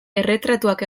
erretratuak